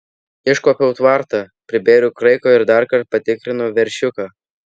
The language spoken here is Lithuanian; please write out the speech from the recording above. iškuopiau tvartą pribėriau kraiko ir dar kartą patikrinau veršiuką